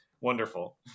wonderful